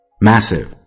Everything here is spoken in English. Massive